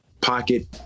pocket